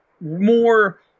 more